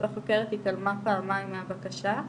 החוקרת התעלמה פעמיים מהבקשה,